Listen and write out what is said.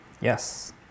yes